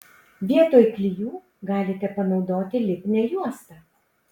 vietoj klijų galite panaudoti lipnią juostą